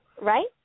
Right